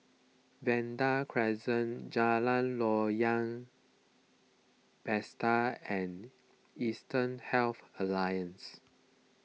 Vanda Crescent Jalan Loyang and Eastern Health Alliance